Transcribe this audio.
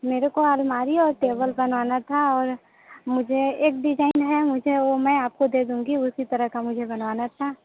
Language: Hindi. मेरे को अलमारी और टेबल बनाना था और मुझे एक डिजाईन है मुझे वो मैं आपको दे दूँगी उसी तरह का मुझे बनवाना था